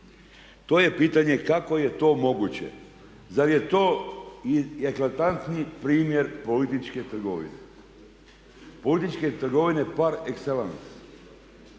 To je pitanje kako je to moguće, zar je to eklatantni primjer političke trgovine, političke trgovine par excellence?